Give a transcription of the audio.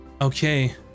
Okay